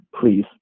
please